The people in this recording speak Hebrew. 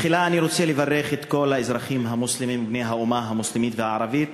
תחילה אני רוצה לברך את כל האזרחים המוסלמים בני האומה המוסלמית והערבית